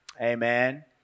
Amen